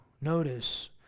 notice